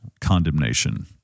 condemnation